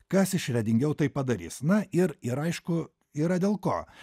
kas išradingiau tai padarys na ir ir aišku yra dėl ko